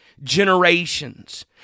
generations